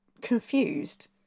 confused